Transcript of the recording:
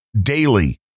daily